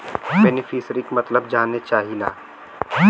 बेनिफिसरीक मतलब जाने चाहीला?